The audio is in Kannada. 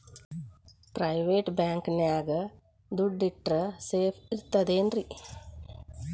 ಪ್ರೈವೇಟ್ ಬ್ಯಾಂಕ್ ನ್ಯಾಗ್ ದುಡ್ಡ ಇಟ್ರ ಸೇಫ್ ಇರ್ತದೇನ್ರಿ?